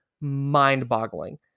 mind-boggling